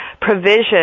provision